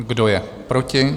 Kdo je proti?